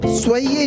soyez